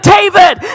David